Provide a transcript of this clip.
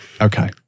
Okay